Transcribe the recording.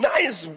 Nice